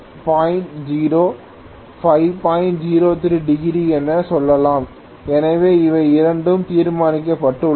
03 degree என்று சொல்லலாம் எனவே இவை இரண்டும் தீர்க்கப்பட்டுள்ளன